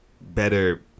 better